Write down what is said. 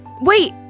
Wait